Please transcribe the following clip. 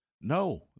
No